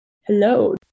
Hello